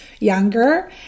younger